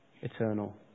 eternal